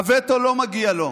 הווטו לא מגיע לו.